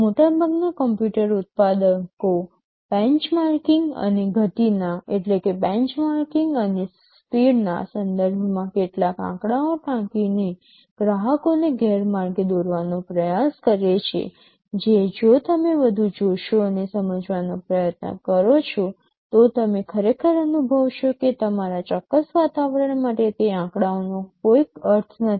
મોટાભાગના કમ્પ્યુટર ઉત્પાદકો બેન્ચમાર્કિંગ અને ગતિના સંદર્ભમાં કેટલાક આંકડાઓ ટાંકીને ગ્રાહકોને ગેરમાર્ગે દોરવાનો પ્રયાસ કરે છે જે જો તમે વધુ જોશો અને સમજવાનો પ્રયત્ન કરો છો તો તમે ખરેખર અનુભવશો કે તમારા ચોક્કસ વાતાવરણ માટે તે આંકડાઓનો કોઈ અર્થ નથી